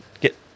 get